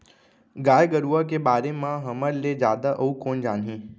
गाय गरूवा के बारे म हमर ले जादा अउ कोन जानही